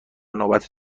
نوبت